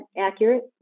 accurate